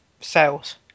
sales